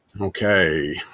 Okay